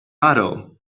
idol